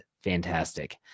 fantastic